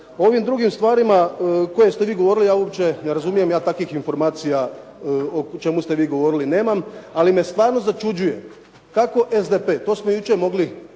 O ovim drugim stvarima koje ste vi govorili ja uopće ne razumijem, ja takvim informacija o čemu ste vi govorili nemam. Ali me stvarno začuđuje kako SDP, to smo jučer mogli